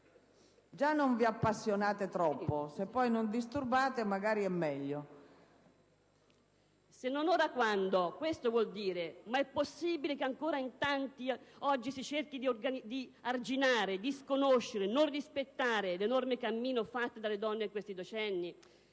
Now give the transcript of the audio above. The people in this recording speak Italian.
già non vi appassionate troppo; se almeno non disturbate, magari è meglio. SERAFINI Anna Maria *(PD)*. Se non ora quando? Questo vuol dire: ma è possibile che ancora in tanti oggi si cerchi di arginare, disconoscere, non rispettare l'enorme cammino fatto dalle donne in questi decenni?